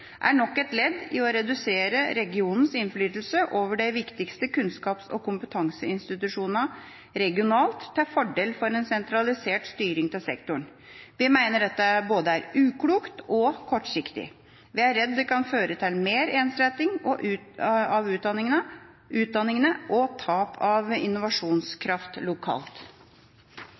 regionalt til fordel for en sentralisert styring av sektoren. Vi mener dette er både uklokt og kortsiktig. Vi er redd det kan føre til mer ensretting av utdanningene og tap av innovasjonskraft lokalt.